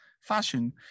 fashion